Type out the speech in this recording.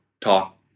talk